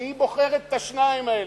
כי היא בוחרת את השניים האלה.